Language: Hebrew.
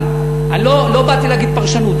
אבל אני לא באתי להגיד פרשנות,